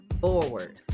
forward